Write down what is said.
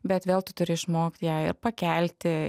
bet vėl tu turi išmokt ją ir pakelti